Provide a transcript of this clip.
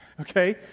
okay